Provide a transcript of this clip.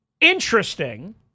interesting